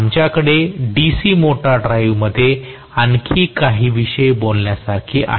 आमच्याकडे DC motor ड्राईव्हमध्ये आणखी काही विषय बोलण्यासारखे आहेत